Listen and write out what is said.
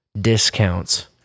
discounts